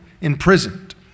imprisoned